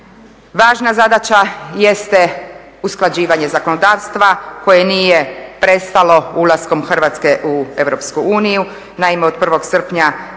Važna zadaća jeste usklađivanje zakonodavstva koje nije prestalo ulaskom Hrvatske u EU. Naime, od 1. srpnja